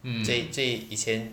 这这以前